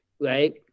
right